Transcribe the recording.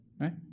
Right